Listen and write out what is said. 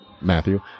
matthew